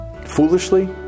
Foolishly